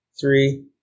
three